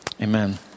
Amen